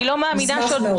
נשמח מאוד.